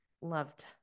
loved